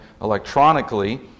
electronically